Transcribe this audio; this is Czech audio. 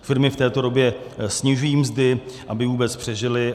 Firmy v této době snižují mzdy, aby vůbec přežily.